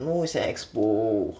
no it's at expo